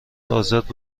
آزاد